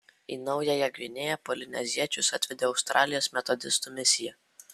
į naująją gvinėją polineziečius atvedė australijos metodistų misija